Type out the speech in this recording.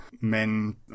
men